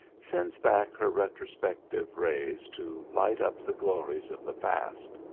sends back her retrospective rays to light up the glories of the past.